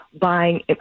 buying